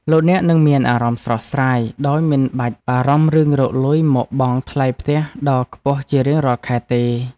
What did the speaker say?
លោកអ្នកនឹងមានអារម្មណ៍ស្រស់ស្រាយដោយមិនបាច់បារម្ភរឿងរកលុយមកបង់ថ្លៃផ្ទះដ៏ខ្ពស់ជារៀងរាល់ខែទេ។